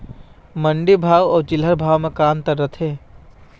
मंडी भाव अउ चिल्हर भाव म का अंतर रथे?